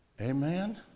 Amen